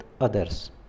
others